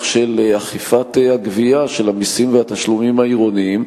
של אכיפת הגבייה של המסים והתשלומים העירוניים,